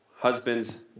Husbands